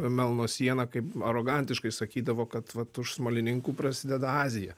melno siena kaip arogantiškai sakydavo kad vat už smalininkų prasideda azija